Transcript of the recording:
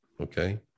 Okay